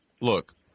look